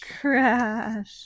Crash